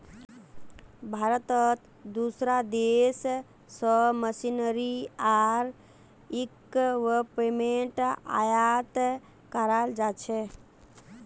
भारतत दूसरा देश स मशीनरी आर इक्विपमेंट आयात कराल जा छेक